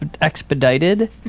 Expedited